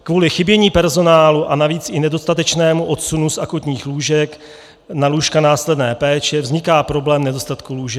Kvůli chybění personálu a navíc i nedostatečnému odsunu z akutních lůžek na lůžka následné péče vzniká problém nedostatku lůžek.